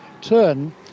turn